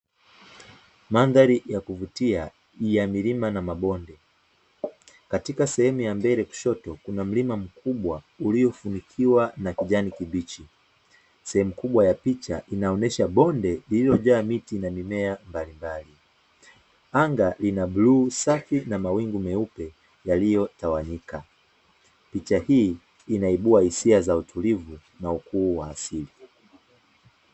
Mandhari ya kuvutia ya milima na mabonde, katika sehemu ya mbele kushoto, kuna mlima mkubwa uliofunikiwa na kijani kibichi. Sehemu kubwa ya picha inaonyesha bonde lililojaa miti na mimea mbalimbali. Anga lina bluu safi na mawingu meupe yaliyotawanyika. Picha hii inaibua hisia za utlivu na ukuu wa asili.